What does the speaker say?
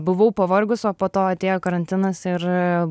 buvau pavargus o po to atėjo karantinas ir